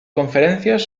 conferencias